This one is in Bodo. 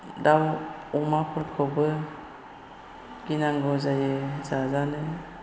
दाउ अमाफोरखौबो गिनांगौ जायो जाजानो